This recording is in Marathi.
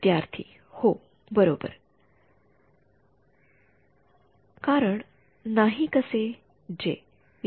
विद्यार्थी हो बरोबर कारण नाही कसे j